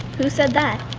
who said that?